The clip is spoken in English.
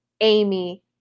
Amy